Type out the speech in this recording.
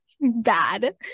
bad